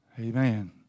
Amen